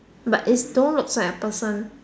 but it's don't looks like a person